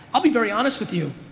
i'll be very honest with you,